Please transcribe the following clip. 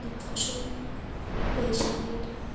ফসল এই সারের